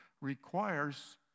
requires